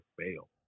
fail